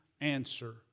answer